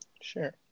Sure